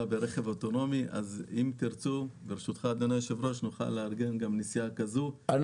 ברכב אוטונומי אז אם תרצו נוכל לארגן גם נסיעה כזאת,